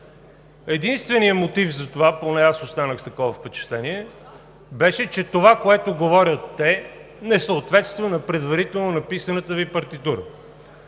Единственият мотив за това, поне аз останах с такова впечатление, беше, че това, което говорят те, не съответства на предварително написаната Ви партитура.